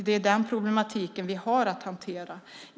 Det är den problematiken vi har att hantera.